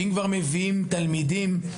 כי אם כבר מביאים תלמידים לירושלים,